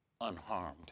unharmed